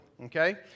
okay